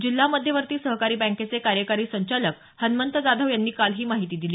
जिल्हा मध्यवर्ती सहकारी बँकेचे कार्यकारी संचालक हनमंत जाधव यांनी काल ही माहिती दिली